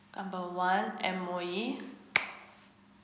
number one M_O_E